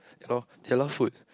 there lot there lot food